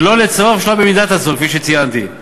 שלא לצורך ושלא במידת הצורך, כפי שציינתי,